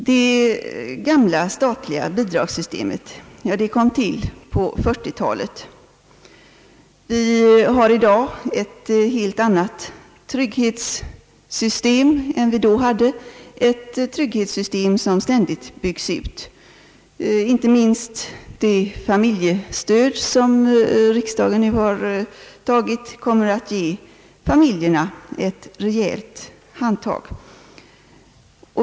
Det gamla statliga bidragssystemet kom till på 1940-talet. Vi har i dag ett helt annat trygghetssystem än vi då hade, ett trygghetssystem som ständigt byggs ut. Inte minst det familjestöd som riksdagen nu har beslutat om kommer att ge familjerna ett rejält handtag.